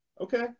Okay